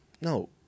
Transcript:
No